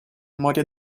memoria